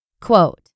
Quote